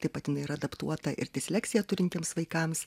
taip pat jinai yra adaptuota ir disleksiją turintiems vaikams